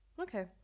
Okay